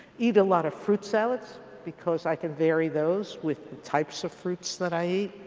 eat a lot of fruit salads because i can vary those with the types of fruits that i eat